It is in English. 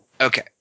Okay